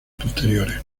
posteriores